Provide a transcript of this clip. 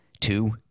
two